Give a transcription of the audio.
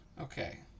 Okay